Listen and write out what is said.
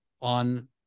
on